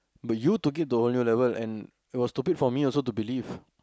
but you took it to a whole new level and it was stupid for me also to believe